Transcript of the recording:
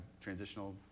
transitional